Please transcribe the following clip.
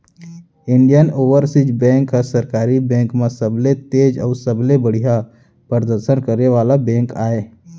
Indian Overseas Bank ह सरकारी bank म सबले तेज अउ सबले बड़िहा परदसन करे वाला बेंक आय